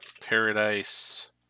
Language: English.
Paradise